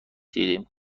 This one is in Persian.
دیدیم